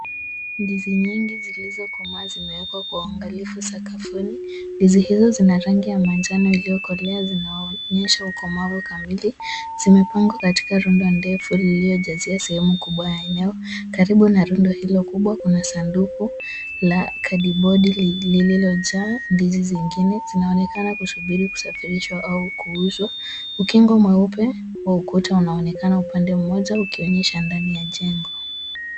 Ndizi nyingi zilizokomaa zimewekwa kwa uangalifu sakafuni. Ndizi hizo zina rangi ya manjano iliyokolea. Zinaonyesha ukomavu kamili. Zimepangwa katika rundo ndefu lililojazia sehemu kubwa ya eneo. Karibu na rundo hilo kubwa kuna sanduku la kadibodi lililojaa ndizi zingine. Zinaonekana kusubiri kusafirishwa au kuuzwa. Ukingo mweupe wa ukuta unaonekana upande mmoja ukionyesha ndani ya jengo.